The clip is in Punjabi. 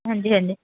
ਹਾਂਜੀ ਹਾਂਜੀ